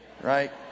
right